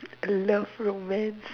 love romance